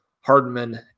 hardman